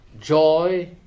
Joy